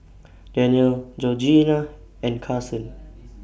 Dannielle Georgianna and Carson